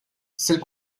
celle